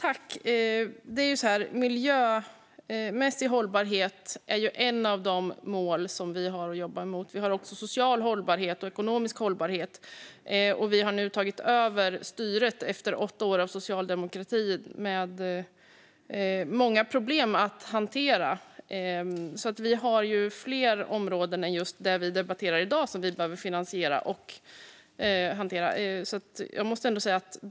Fru talman! Miljömässig hållbarhet är ett av de mål som vi har att jobba med. Vi har också social hållbarhet och ekonomisk hållbarhet. Vi har nu tagit över styret efter åtta år av socialdemokrati, med många problem att hantera. Vi har alltså fler områden än det som vi debatterar i dag som behöver finansieras och hanteras.